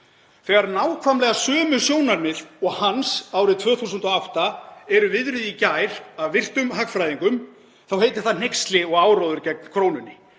Þegar nákvæmlega sömu sjónarmið og hans árið 2008 eru veðruð í gær af virtum hagfræðingur þá heitir það hneyksli og áróður gegn krónunni.